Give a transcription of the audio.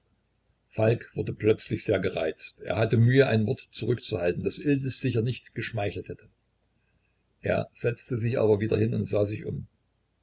falk wurde plötzlich sehr gereizt er hatte mühe ein wort zurückzuhalten das iltis sicher nicht geschmeichelt hätte er setzte sich aber wieder hin und sah sich um